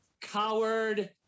coward